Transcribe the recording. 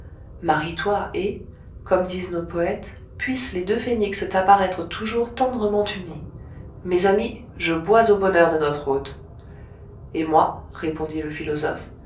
marie-toi et comme disent nos poètes puissent les deux phénix t'apparaître toujours tendrement unis mes amis je bois au bonheur de notre hôte et moi répondit le philosophe